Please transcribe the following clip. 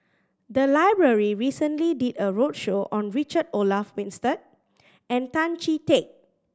the library recently did a roadshow on Richard Olaf Winstedt and Tan Chee Teck